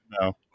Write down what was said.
No